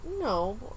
No